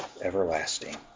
everlasting